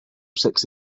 six